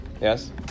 Yes